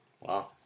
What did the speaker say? Wow